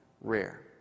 rare